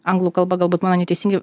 anglų kalba galbūt mano neteisingai